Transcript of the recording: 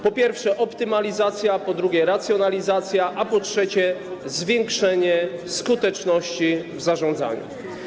Po pierwsze - optymalizacja, po drugie - racjonalizacja, a po trzecie - zwiększenie skuteczności w zarządzaniu.